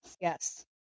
yes